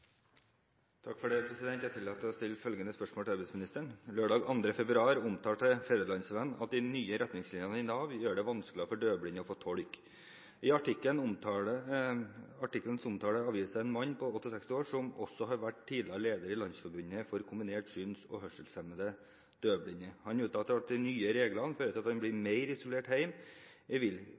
arbeidsministeren: «Lørdag 2. februar 2013 omtalte Fædrelandsvennen at de nye retningslinjene i Nav gjør det vanskeligere å få tolk for døvblinde. I artikkelen omtaler avisen en 68 år gammel mann, som også har vært tidligere leder av Landsforbundet for kombinert syns- og hørselshemmede/døvblinde. Han uttaler at de nye reglene fører til at han blir mer isolert hjemme. Hvilke tiltak vil